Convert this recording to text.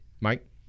Mike